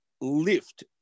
lift